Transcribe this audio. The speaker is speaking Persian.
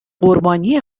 قربانی